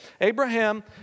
Abraham